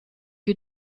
you